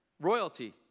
royalty